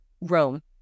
Rome